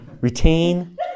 Retain